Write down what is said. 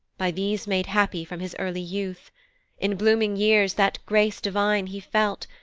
by these made happy from his early youth in blooming years that grace divine he felt,